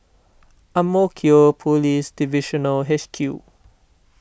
Ang Mo Kio Police Divisional H Q